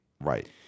Right